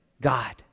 God